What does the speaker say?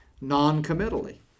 non-committally